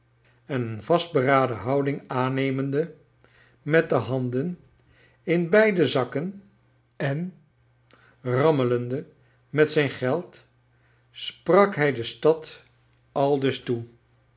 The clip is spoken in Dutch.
en een vastberaden bonding aannemende met de handen in beide zakken en rammelencle met zijn geld sprak hij de stad aldus toe